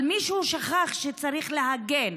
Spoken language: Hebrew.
אבל מישהו שכח שצריך להגן